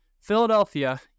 Philadelphia